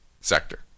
sector